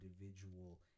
individual